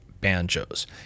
Banjos